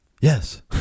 Yes